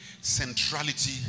centrality